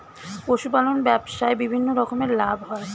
পশুপালন ব্যবসায় বিভিন্ন রকমের লাভ হয়